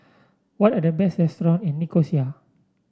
what are the best restaurants in Nicosia